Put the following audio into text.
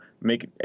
make